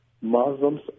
Muslims